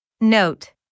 Note